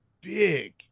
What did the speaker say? big